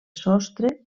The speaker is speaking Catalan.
sostre